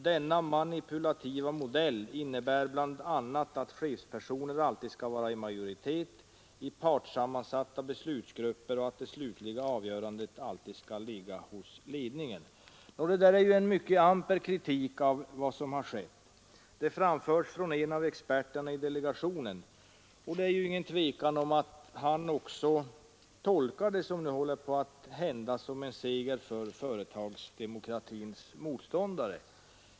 Denna manipulativa modell innebär bla att chefspersoner alltid ska vara i majoritet i partssammansatta beslutsgrupper och det slutliga avgörandet alltid ligga hos ledningen.” Det här är ju en mycket amper kritik av vad som har skett och den framförs från en av experterna i delegationen. Det är ingen tvekan om att han också tolkar det som håller på att hända som en seger för företagsdemokratins motståndare.